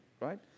right